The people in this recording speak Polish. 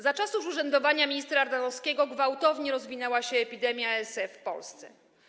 Za czasów urzędowania ministra Ardanowskiego gwałtownie rozwinęła się epidemia ASF w Polsce.